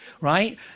right